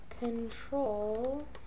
Control